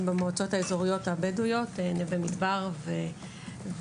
הם במועצות האזוריות הבדואיות נווה מדבר ואלקאסום.